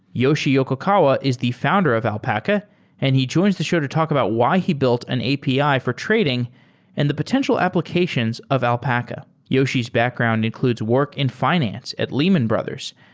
yoshi yokokawa is the founder of alpaca and he joins the show to talk about why he built an api for trading and the potential applications of alpaca. yoshi's background includes work in finance at lehman brothers,